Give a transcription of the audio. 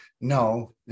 No